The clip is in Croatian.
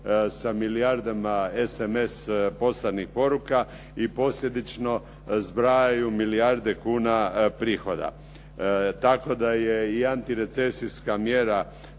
sa milijardama SMS poslanih poruka i posljedično zbrajaju milijarde kuna prihoda. Tako da je i antirecesijska mjera